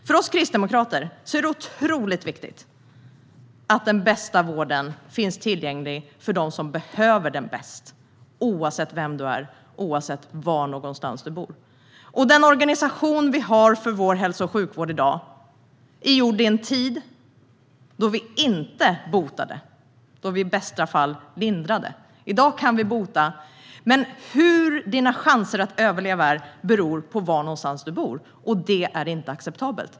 För oss kristdemokrater är det otroligt viktigt att den bästa vården finns tillgänglig för dem som behöver den bäst, oavsett vilka de är eller var de bor. Den organisation vår hälso och sjukvård har i dag tillkom i en tid då vi inte botade. Då kunde vi i bästa fall lindra. I dag kan vi bota, men hur stora ens chanser att överleva är beror på var man bor. Det är inte acceptabelt.